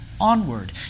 onward